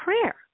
prayer